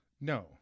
No